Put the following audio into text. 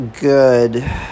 good